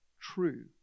true